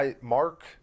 Mark